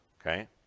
okay